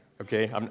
okay